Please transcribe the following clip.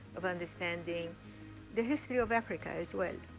of understanding the history of africa as well.